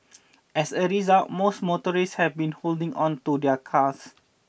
as a result most motorists have been holding on to their cars